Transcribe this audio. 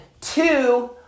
two